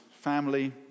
family